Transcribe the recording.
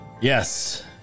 Yes